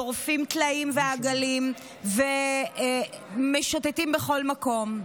טורפים טלאים ועגלים ומשוטטים בכל מקום.